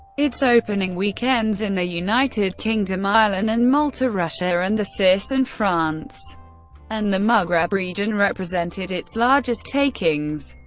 its opening weekends in the united kingdom, ireland and malta, russia and the cis, and france and the maghreb region represented its largest takings.